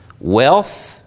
wealth